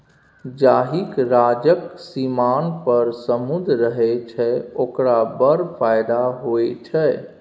जाहिक राज्यक सीमान पर समुद्र रहय छै ओकरा बड़ फायदा होए छै